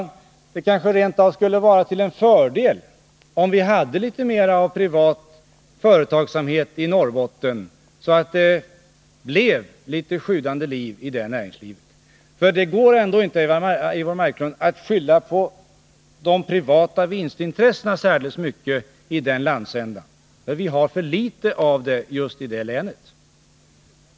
Det skulle kanske rent av vara till fördel om vi hade litet mer av privat företagsamhet i Norrbotten, så att det blev litet mer av sjudande liv i näringslivet där. Det går ändå inte, Eivor Marklund, att skylla särdeles mycket på de privata vinstintressena i den landsändan. Vi har för litet därav justidetlänet.